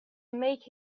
make